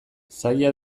zaila